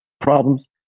problems